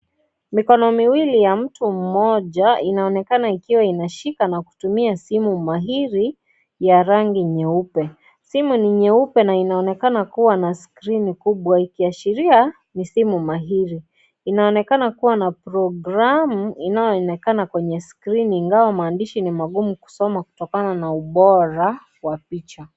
Mikono miwili ya mtu moja inaonekana ikiwa inashika na kutumia simu mahiri ya rangi nyeupe. Simu ni nyeupe na inaonekana kuwa na skrini kubwa ikiashiria ni simu mahiri. Inaonekana kuwa na programu inayoonekana kwenye skrini ingawa maandishi ni ngumu kusoma kutokana na ubora wa picha.